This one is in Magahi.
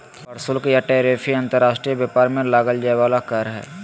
प्रशुल्क या टैरिफ अंतर्राष्ट्रीय व्यापार में लगल जाय वला कर हइ